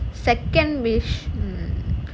second wish mm